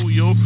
yo